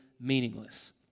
meaningless